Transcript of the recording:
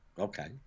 okay